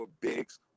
Biggs